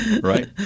right